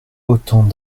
autant